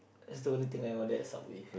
that's the only thing I order at Subway